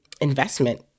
investment